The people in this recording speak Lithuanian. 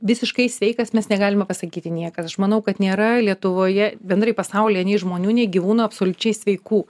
visiškai sveikas nes negalime pasakyti niekas aš manau kad nėra lietuvoje bendrai pasaulyje nei žmonių nei gyvūnų absoliučiai sveikų